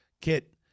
kit